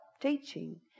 teaching